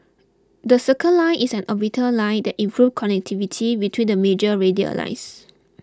the Circle Line is an orbital line that improves connectivity between the major radial lines